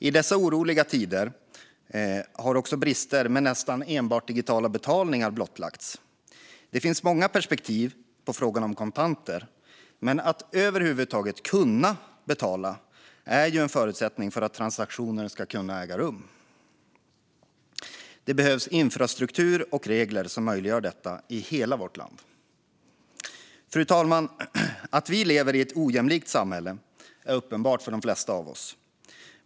I dessa oroliga tider har också brister i att ha nästan enbart digitala betalningar blottlagts. Det finns många perspektiv på frågan om kontanter, men att över huvud taget kunna betala är ju en förutsättning för att transaktioner ska kunna äga rum. Det behövs infrastruktur och regler som möjliggör detta i hela vårt land. Fru talman! Att vi lever i ett ojämlikt samhälle är uppenbart för de flesta av oss.